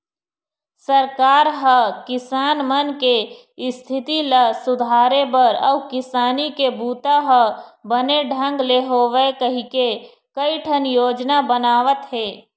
सरकार ह किसान मन के इस्थिति ल सुधारे बर अउ किसानी के बूता ह बने ढंग ले होवय कहिके कइठन योजना बनावत हे